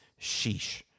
sheesh